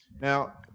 now